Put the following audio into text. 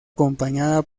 acompañada